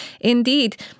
indeed